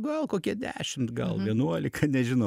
gal kokie dešimt gal vienuolika nežinau